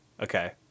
okay